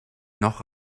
noch